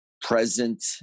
present